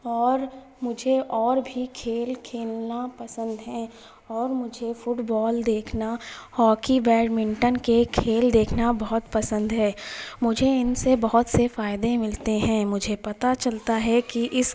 اور مجھے اور بھی کھیل کھیلنا پسند ہیں اور مجھے فٹ بال دیکھنا ہاکی بیڈمنٹن کے کھیل دیکھنا بہت پسند ہے مجھے ان سے بہت سے فائدے ملتے ہیں مجھے پتہ چلتا ہے کہ اس